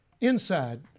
inside